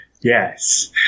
Yes